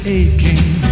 aching